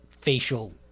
facial